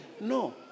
No